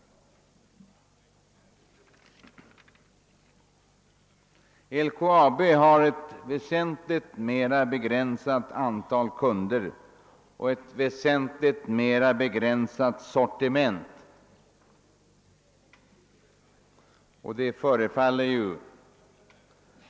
LKAB har ett väsentligt mindre antal kunder och ett betydligt mera begränsat sortiment.